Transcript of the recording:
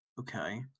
Okay